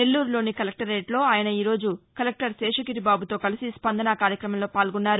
నెల్లూరులోని కలెక్టరేట్లో ఆయన ఈ రోజు కలెక్టర్ శేషగిరిబాబుతో కలిసి స్పందస కార్యక్రమంలో పాల్గొన్నారు